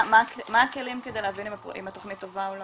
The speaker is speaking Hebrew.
מה הכלים כדי להבין אם התכנית טובה או לא?